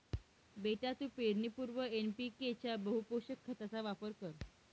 बेटा तू पेरणीपूर्वी एन.पी.के च्या बहुपोषक खताचा वापर कर